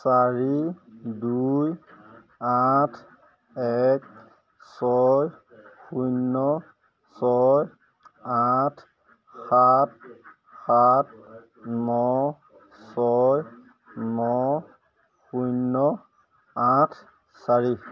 চাৰি দুই আঠ এক ছয় শূন্য ছয় আঠ সাত সাত ন ছয় ন শূন্য আঠ চাৰি